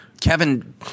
Kevin –